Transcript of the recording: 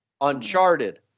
Uncharted